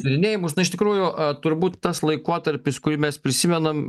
tyrinėjimus na iš tikrųjų turbūt tas laikotarpis kurį mes prisimenam